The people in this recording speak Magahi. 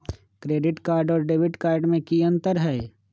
क्रेडिट कार्ड और डेबिट कार्ड में की अंतर हई?